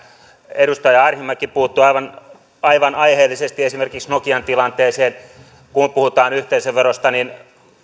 edustaja arhinmäki puuttui aivan aivan aiheellisesti esimerkiksi nokian tilanteeseen kun puhutaan yhteisöverosta niin